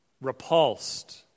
repulsed